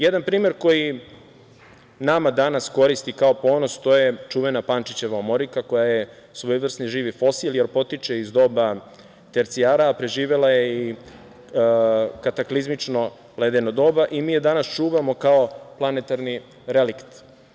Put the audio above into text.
Jedan primer koji nama danas koristi kao ponos, to je čuvena „Pančićeva omorika“, koja je svojevrsni živi fosil, jer potiče iz doba tercijara, a preživela je i kataklizmično ledeno doba i mi je danas čuvamo kao planetarni relikt.